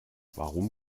warum